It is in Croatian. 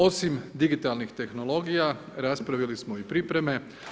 Osim digitalnih tehnologija, raspravili smo i pripreme.